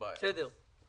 אנחנו